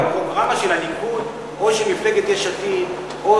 היה בפרוגרמה של הליכוד או מפלגת יש עתיד או